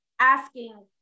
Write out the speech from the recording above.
asking